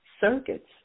circuits